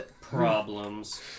Problems